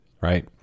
right